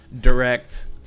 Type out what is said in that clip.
direct